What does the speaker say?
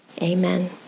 Amen